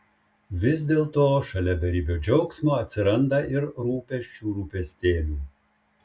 vis dėlto šalia beribio džiaugsmo atsiranda ir rūpesčių rūpestėlių